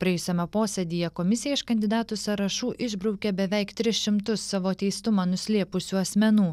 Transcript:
praėjusiame posėdyje komisija iš kandidatų sąrašų išbraukė beveik tris šimtus savo teistumą nuslėpusių asmenų